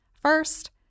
first